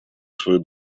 свою